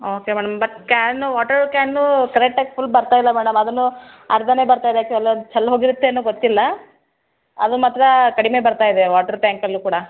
okay madam but can water ಕ್ಯಾನೂ ಕರೆಕ್ಟಾಗಿ full ಬರ್ತಾ ಇಲ್ಲ ಮೇಡಮ್ ಅದೂ ಅರ್ಧನೇ ಬರ್ತಾ ಇದೆ ಚೆಲ್ಲಿ ಚೆಲ್ಲಿ ಹೋಗಿರುತ್ತೇನೋ ಗೊತ್ತಿಲ್ಲ ಅದು ಮಾತ್ರ ಕಡಿಮೆ ಬರ್ತಾ ಇದೆ ವಾಟರ್ ಟ್ಯಾಂಕಲ್ಲು ಕೂಡ